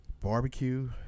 Barbecue